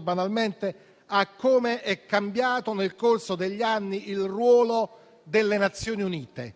banalmente a com'è cambiato nel corso degli anni il ruolo delle Nazioni Unite,